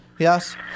Yes